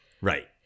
Right